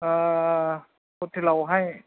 हटेलाव हाय